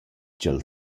cha’l